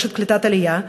רשת קליטת עלייה,